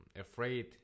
afraid